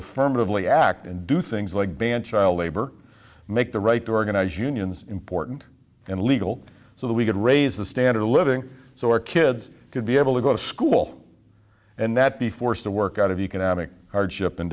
affirmatively act and do things like ban child labor make the right to organize unions important and legal so that we could raise the standard of living so our kids could be able to go to school and that be forced to work out of economic hardship and